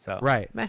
Right